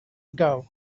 ago